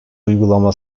uygulama